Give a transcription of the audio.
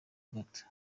gato